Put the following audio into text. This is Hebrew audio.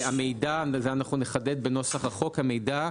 נחדד בנוסח החוק שהמידע,